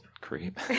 Creep